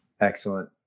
excellent